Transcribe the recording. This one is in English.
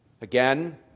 Again